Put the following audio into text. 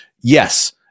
Yes